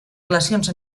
relacions